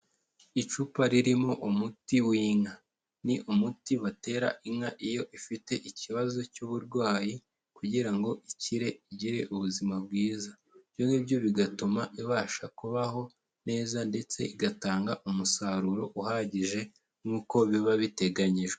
Icupa ririmo umuti w'inka, ni umuti batera inka iyo ifite ikibazo cy'uburwayi kugira ngo ikire igire ubuzima bwiza, ibyongibyo bigatuma ibasha kubaho neza ndetse igatanga umusaruro uhagije nk'uko biba biteganyijwe.